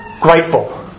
grateful